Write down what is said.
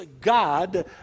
God